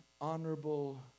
honorable